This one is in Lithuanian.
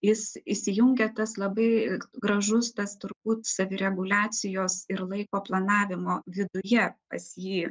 jis įsijungia tas labai gražus tas turbūt savireguliacijos ir laiko planavimo viduje pas jį